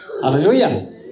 Hallelujah